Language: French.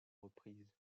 reprises